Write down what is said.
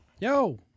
Yo